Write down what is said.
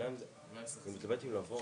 אני רק אבהיר שוב.